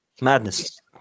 Madness